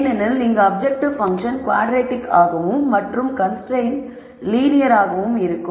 ஏனெனில் இங்கு objective function quadratic ஆகவும் மற்றும் கன்ஸ்ரைன்ட்ஸ் லீனியராகவும் இருக்கும்